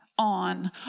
On